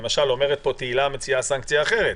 למשל תהלה פרידמן מציעה כאן סנקציה אחרת.